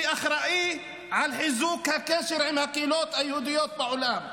שאחראי לחיזוק הקשר עם הקהילות היהודיות בעולם,